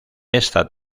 esta